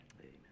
Amen